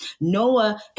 Noah